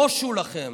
בושו לכם.